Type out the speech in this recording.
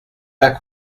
pas